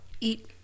eat